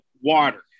water